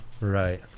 Right